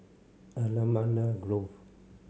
Allamanda Grove